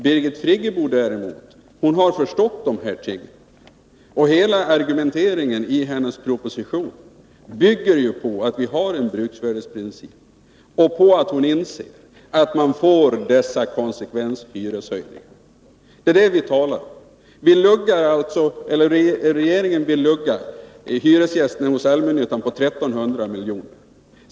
Birgit Friggebo däremot har förstått dessa ting. Hela argumenteringen i hennes proposition bygger på att vi har en bruksvärdesprincip och på att hon inser att vi får dessa konsekvenshyreshöjningar. Det är detta vi talar om. Regeringen vill alltså lugga hyresgästerna i allmännyttan på 1300 milj.kr.